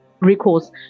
recourse